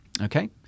Okay